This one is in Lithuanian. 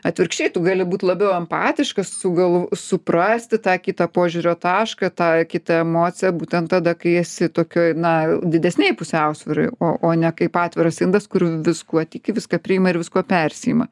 atvirkščiai tu gali būti labiau empatiškas su gal suprasti tą kitą požiūrio tašką tą kitą emociją būtent tada kai esi tokioj na didesnėj pusiausvyroj o o ne kaip atviras indas kur viskuo tiki viską priima ir viskuo persiima